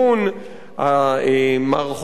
המערכות התומכות.